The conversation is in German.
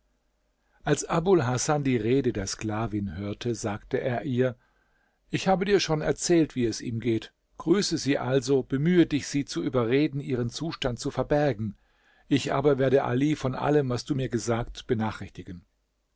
als abul hasan die rede der sklavin hörte sagte er ihr ich habe dir schon erzählt wie es ihm geht grüße sie also bemühe dich sie zu überreden ihren zustand zu verbergen ich aber werde ali von allem was du mir gesagt benachrichtigen